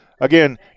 Again